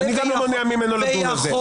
--- אני גם לא מונע ממנו לדון על זה,